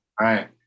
right